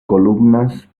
columnas